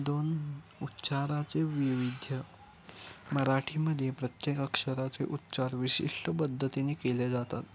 दोन उच्चाराचे वैविध्य मराठीमध्ये प्रत्येक अक्षराचे उच्चार विशिष्ट पद्धतीने केले जातात